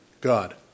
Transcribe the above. God